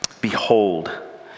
Behold